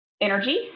energy